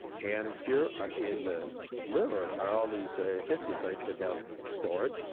and here in the liver are all these histiocytes that have storage,